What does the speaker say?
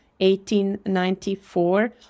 1894